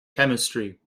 chemistry